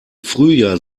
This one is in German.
frühjahr